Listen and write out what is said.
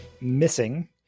missing